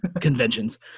conventions